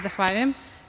Zahvaljujem.